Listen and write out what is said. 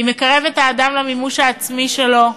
מקרבת את האדם למימוש העצמי שלו,